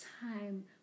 time